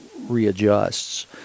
readjusts